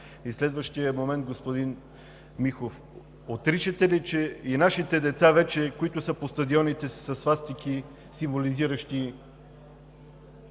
И следващият момент, господин Михов. Отричате ли, че и нашите деца вече, които са по стадионите, са със свастики, символизиращи